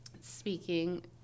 speaking